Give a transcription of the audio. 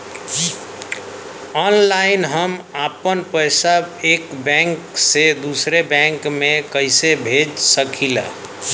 Online हम आपन पैसा एक बैंक से दूसरे बैंक में कईसे भेज सकीला?